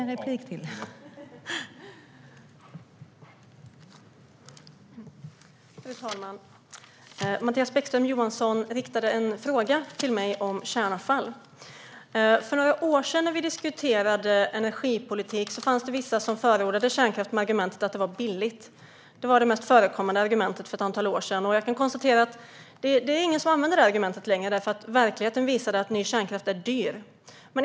Fru talman! Mattias Bäckström Johansson riktade en fråga till mig om kärnavfall. För några år sedan när vi diskuterade energipolitik fanns det vissa som förordade kärnkraft med argumentet att det var billigt. Det var det mest förekommande argumentet för ett antal år sedan. Jag kan konstatera att det inte är någon som använder det argumentet längre eftersom verkligheten visade att ny kärnkraft är dyr.